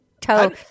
toe